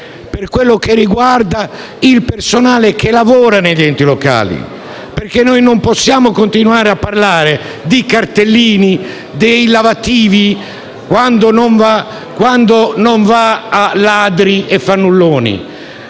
motivazione che riguarda il personale che lavora negli enti locali, perché non possiamo continuare a parlare dei cartellini dei lavativi, quando l'attenzione non va a ladri e fannulloni.